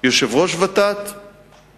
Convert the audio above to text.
יושב-ראש ות"ת